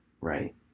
right